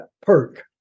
perk